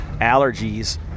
allergies